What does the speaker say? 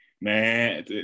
Man